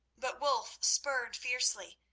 but wulf spurred fiercely,